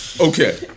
Okay